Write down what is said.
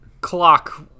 Clock